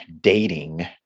dating